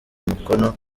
umukono